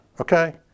okay